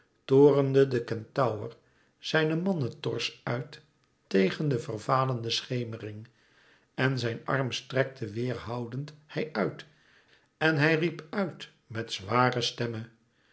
torenende de kentaur zijn mannetors uit tegen de vervalende schemering en zijn arm strekte weêrhoudend hij uit en hij riep uit met zware stemme